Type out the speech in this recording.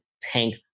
Tank